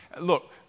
look